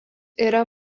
yra